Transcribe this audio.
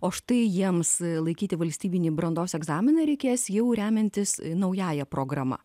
o štai jiems laikyti valstybinį brandos egzaminą reikės jau remiantis naująja programa